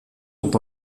sont